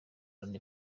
loni